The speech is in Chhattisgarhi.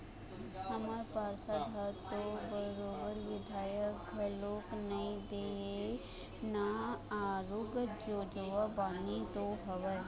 हमर पार्षद ह तो बरोबर धियान घलोक नइ देवय ना आरुग जोजवा बानी तो हवय